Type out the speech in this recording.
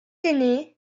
ainé